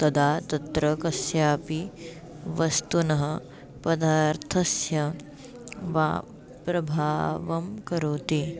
तदा तत्र कस्यापि वस्तुनः पदार्थस्य वा प्रभावं करोति